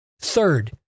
Third